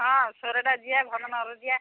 ହଁ ସୋରଡ଼ା ଯିବା ଭଞ୍ଜନଗର ଯିବା